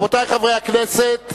רבותי חברי הכנסת,